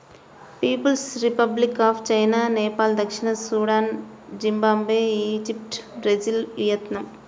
peoples republic of China, Nepal దక్షిణ Sudan, Zimbabwe, Egypt, Brazil, Vietnam